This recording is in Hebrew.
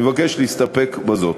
אני מבקש להסתפק בזאת.